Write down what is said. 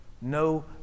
No